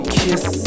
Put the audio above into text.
kiss